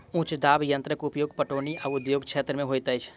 उच्च दाब यंत्रक उपयोग पटौनी आ उद्योग क्षेत्र में होइत अछि